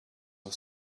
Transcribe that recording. are